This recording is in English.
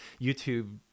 youtube